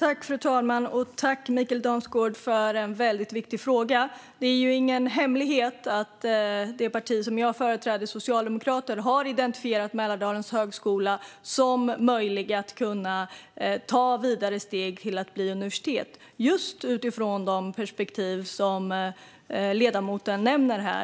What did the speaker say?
Fru talman! Tack, Mikael Damsgaard, för en viktig fråga! Det är ju ingen hemlighet att det parti som jag företräder, Socialdemokraterna, har identifierat att Mälardalens högskola kan ta vidare steg till att bli universitet. Detta utifrån just de perspektiv som ledamoten nämner.